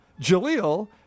Jaleel